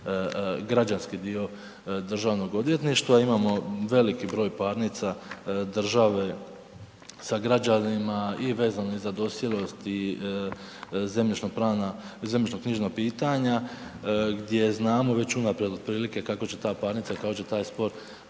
građanski dio Državnog odvjetništva, imamo veliki broj parnica države sa građanima i vezano za i .../Govornik se ne razumije./... i zemljišno-knjižna pitanja gdje znamo već unaprijed otprilike kako će ta parnica i kako će taj spor